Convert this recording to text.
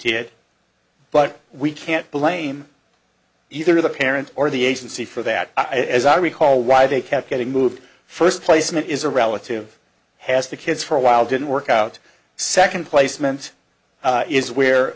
did but we can't blame either the parents or the agency for that i recall why they kept getting moved first placement is a relative has the kids for a while didn't work out second placement is where